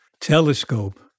telescope